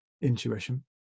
intuition